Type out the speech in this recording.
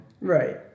Right